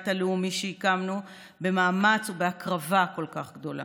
הלאומי שהקמנו במאמץ ובהקרבה כל כך גדולה.